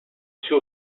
two